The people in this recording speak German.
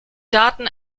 daten